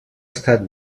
estat